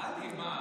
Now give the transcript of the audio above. נראה לי.